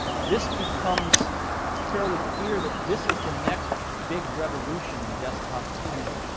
this becomes fairly clear that this is the next big revolution in desktop computing,